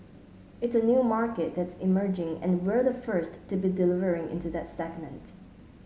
it's a new market that's emerging and we're the first to be delivering into that segment